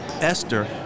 Esther